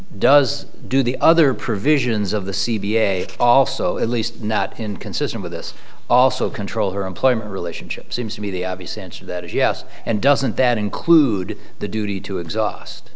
does do the other provisions of the c b a also at least not inconsistent with this also control her employment relationship seems to me the obvious answer that is yes and doesn't that include the duty to exhaust